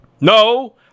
No